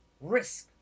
Risk